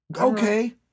Okay